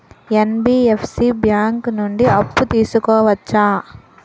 NBFC bank నుండి అప్పు తీసుకోవచ్చా?